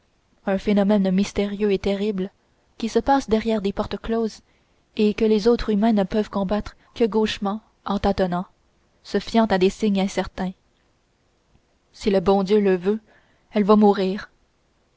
un phénomène mystérieux et terrible qui se passe derrière des portes closes et que les autres humains ne peuvent combattre que gauchement en tâtonnant se fiant à des signes incertains si le bon dieu le veut elle va mourir